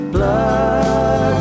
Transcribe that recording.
Blood